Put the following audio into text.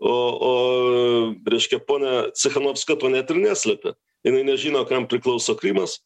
o o reiškia ponia cichanovska to net ir neslepia jinai nežino kam priklauso krymas